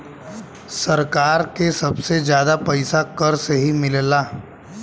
सरकार के सबसे जादा पइसा कर से ही मिलला